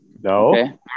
No